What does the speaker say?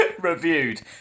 Reviewed